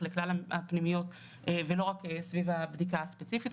לכלל הפנימיות ולא רק סביב הבדיקה הספציפית.